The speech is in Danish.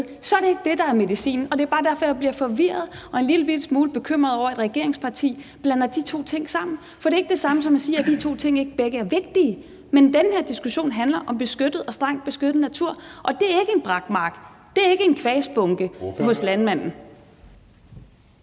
så er det ikke det, der er medicinen. Og det er bare derfor, at jeg bliver forvirret og en lillebitte smule bekymret over, at et regeringsparti blander de to ting sammen. For det er ikke det samme som at sige, at de to ting ikke begge er vigtige, men den her diskussion handler om beskyttet og strengt beskyttet natur, og det er ikke en brakmark, og det er ikke en kvasbunke hos landmanden.